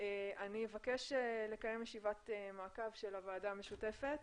אבקש לקיים ישיבת מעקב של הוועדה המשותפת